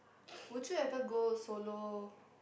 would you ever go solo